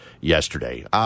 yesterday